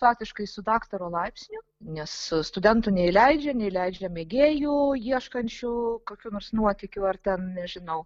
faktiškai su daktaro laipsniu nes studentų neįleidžia neįleidžia mėgėjų ieškančių kokių nors nuotykių ar ten nežinau